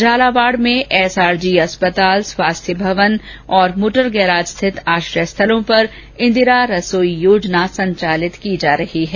झालावाड में एसआरजी अस्पताल स्वास्थ्य भवन और मोटर गैराज स्थित आश्रय स्थलों पर इन्दिरा रसोई योजना संचालित की जा रही है